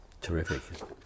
terrific